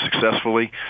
successfully